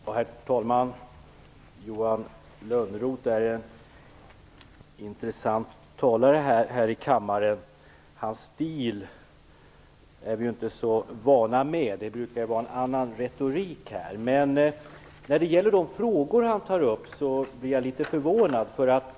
Herr talman! Johan Lönnroth är en intressant talare här i kammaren. Vi är inte så vana vid hans stil. Det brukar vara en annan retorik här. Jag blir litet förvånad över de frågor han tar upp.